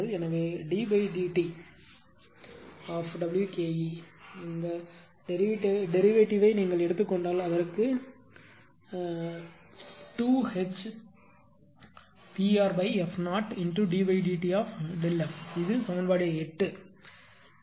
எனவே ddtWke நீங்கள் வழித்தோன்றலை எடுத்துக் கொண்டால் அதற்கு சமம் 22HPrf0ddtΔf இது சமன்பாடு 8 சரி